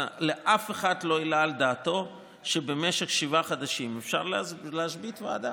אף אחד לא העלה על דעתו שבמשך שבעה חודשים אפשר להשבית ועדה,